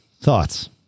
Thoughts